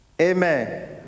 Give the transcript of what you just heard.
Amen